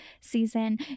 season